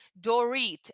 Dorit